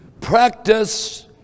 Practice